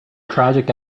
tragic